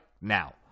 now